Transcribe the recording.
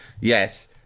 Yes